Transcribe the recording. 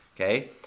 Okay